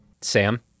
Sam